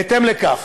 בהתאם לכך,